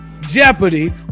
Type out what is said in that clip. Jeopardy